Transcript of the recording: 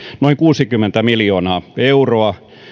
noin kuusikymmentä miljoonaa euroa